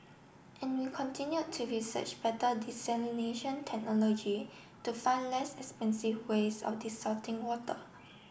and we continued to research better desalination technology to find less expensive ways of desalting water